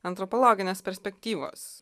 antropologinės perspektyvos